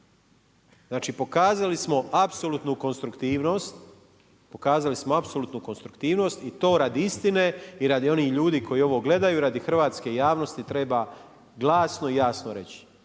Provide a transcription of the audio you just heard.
Znači pokazali smo apsolutnu konstruktivnost i to radi istine i radi onih ljudi koji ovo gledaju i radi hrvatske javnosti treba glasno i jasno reći.